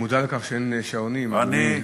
אני מודע לכך שאין שעונים, אדוני.